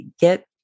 get